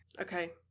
Okay